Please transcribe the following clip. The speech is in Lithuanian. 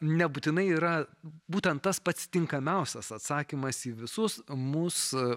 nebūtinai yra būtent tas pats tinkamiausias atsakymas į visus mus